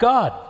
God